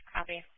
Copy